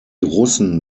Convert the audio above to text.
russen